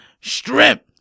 Strip